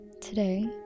today